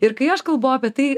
ir kai aš kalbu apie tai